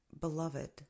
beloved